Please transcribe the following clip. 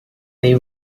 they